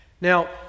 now